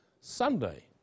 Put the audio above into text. Sunday